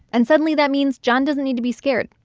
and suddenly that means john doesn't need to be scared.